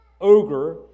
ogre